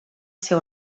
seu